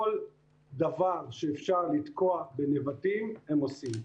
כל דבר שאפשר לתקוע בנבטים, הם עושים.